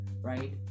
right